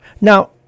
Now